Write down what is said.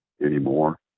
anymore